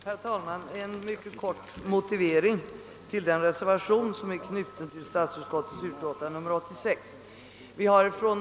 Herr talman! Jag vill anföra en mycket kort motivering till den reservation som är knuten till statsutskottets utlåtande nr 86.